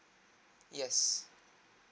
yes